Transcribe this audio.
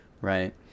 right